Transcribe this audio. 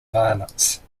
violence